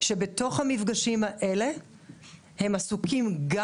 כשבתוך המפגשים האלה הם עסוקים גם